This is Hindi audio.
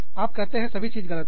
आप कहते हैंसभी चीज गलत है